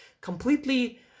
completely